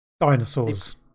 dinosaurs